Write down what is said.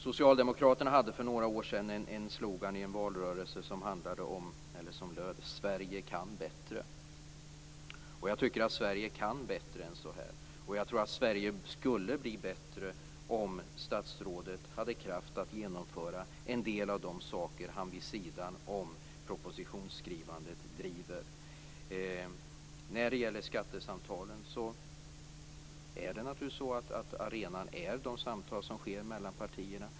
Socialdemokraterna hade för några år sedan en slogan i en valrörelse som löd: Sverige kan bättre! Och jag tycker att Sverige kan bättre än så här. Jag tror också att Sverige skulle bli bättre om statsrådet hade kraft att genomföra en del av de saker han vid sidan av propositionsskrivandet driver. När det gäller skattesamtalen är det naturligtvis sant att arenan är de samtal som sker mellan partierna.